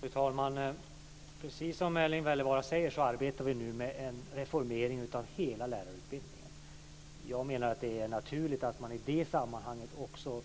Fru talman! Precis som Erling Wälivaara säger arbetar vi nu med en reformering av hela lärarutbildningen. Jag menar att det är naturligt att man i det sammanhanget också